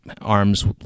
arms